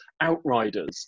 outriders